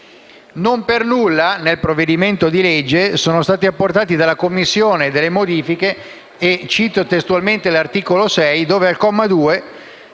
Non per nulla, nel provvedimento di legge sono state apportate dalla Commissione delle modifiche. Cito testualmente l'articolo 6 dove, al comma 2,